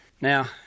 Now